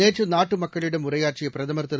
நேற்று நாட்டு மக்களிடம் உரையாற்றிய பிரதம் திரு